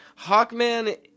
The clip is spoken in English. Hawkman